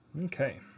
Okay